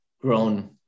grown